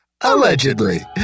Allegedly